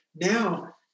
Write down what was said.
Now